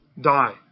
die